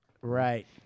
Right